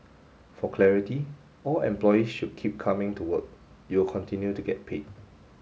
for clarity all employees should keep coming to work you will continue to get paid